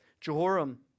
Jehoram